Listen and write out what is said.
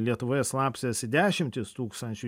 lietuvoje slapstėsi dešimtys tūkstančių